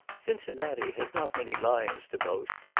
cincinnati has not many lions to boast,